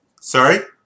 Sorry